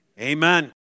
amen